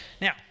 Now